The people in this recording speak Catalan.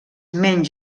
menys